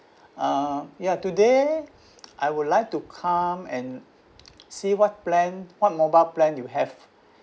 uh ya today I would like to come and see what plan what mobile plan you have